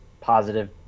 Positive